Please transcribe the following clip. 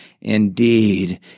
indeed